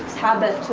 habit,